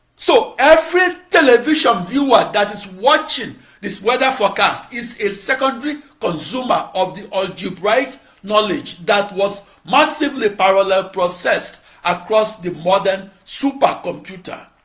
so, every television viewer that is watching the weather forecast is a secondary consumer of the algebraic knowledge that was massively parallel processed across the modern supercomputer.